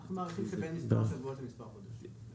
אני מעריך שבין מספר שבועות למספר חודשים.